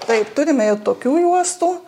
taip turime ir tokių juostų